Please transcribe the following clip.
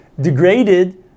degraded